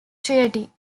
treaty